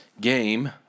game